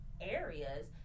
areas